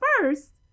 first